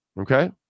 Okay